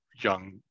young